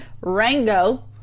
Rango